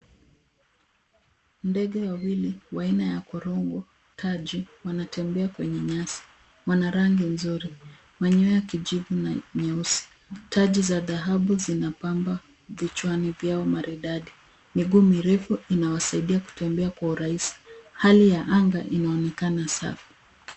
Ndege wawili, wa aina ya korongo taji wanatembea kwenye nyasi. Wana rangi nzuri. Manyoya ya kijivu na nyeusi. Taji za dhahabu zinapamba vichwani pia maridadi. Miguu mirefu inawasaidia kutembea kwa urahisi. Hali ya anga inaonekana kuwa safi.